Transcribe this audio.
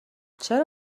چرا